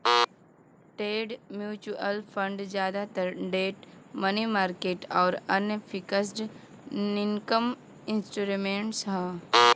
debt mutual fund जादातर debt money market आउर अन्य फिक्स्ड इनकम इंस्ट्रूमेंट्स हौ